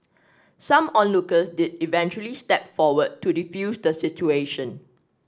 some onlookers did eventually step forward to defuse the situation